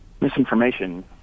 misinformation